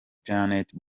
janet